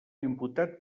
imputat